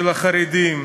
של החרדים,